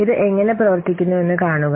ഇത് എങ്ങനെ പ്രവർത്തിക്കുന്നുവെന്ന് കാണുക